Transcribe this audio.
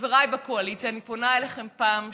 חבריי בקואליציה, אני פונה אליכם פעם שנייה: